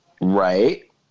Right